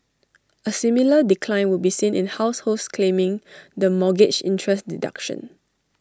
A similar decline would be seen in households claiming the mortgage interest deduction